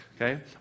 okay